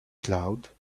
cloud